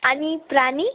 आणि प्राणी